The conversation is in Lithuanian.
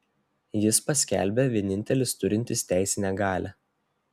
jis paskelbė vienintelis turintis teisinę galią